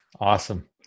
Awesome